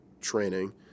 training